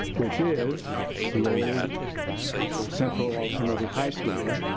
which is the old central alterative high school.